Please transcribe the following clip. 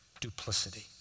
duplicity